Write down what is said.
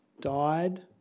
died